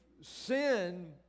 sin